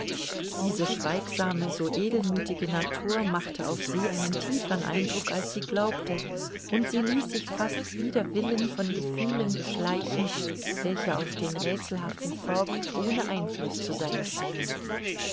diese schweigsame so edelmüthige natur machte auf sie einen tiefern eindruck als sie glaubte und sie ließ sich fast wider willen von gefühlen beschleichen welche auf den räthselhaften fogg ohne einfluß zu sein schienen